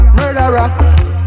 murderer